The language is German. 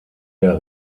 der